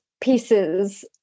pieces